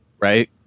Right